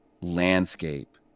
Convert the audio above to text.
landscape